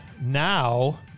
now